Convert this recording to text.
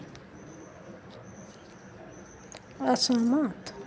असहमत